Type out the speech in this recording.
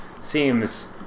seems